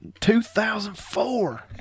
2004